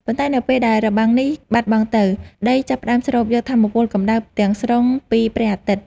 ប៉ុន្តែនៅពេលដែលរបាំងនេះបាត់បង់ទៅ ដីចាប់ផ្តើមស្រូបយកថាមពលកម្ដៅទាំងស្រុងពីព្រះអាទិត្យ។